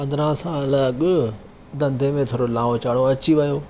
पंद्रहं साल अॻु धंधे में थोरो लाव चढ़ो अची वियो